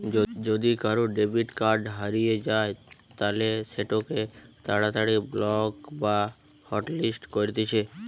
যদি কারুর debit card হারিয়ে যায় তালে সেটোকে তাড়াতাড়ি ব্লক বা হটলিস্ট করতিছে